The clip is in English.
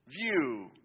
view